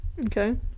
okay